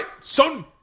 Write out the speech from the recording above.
son